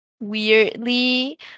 weirdly